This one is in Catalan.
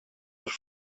dels